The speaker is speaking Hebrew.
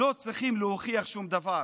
לא צריכים להוכיח שום דבר.